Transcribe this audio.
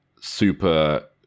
super